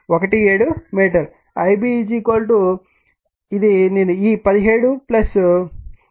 17 metre lB ఇది నేను ఈ 17 8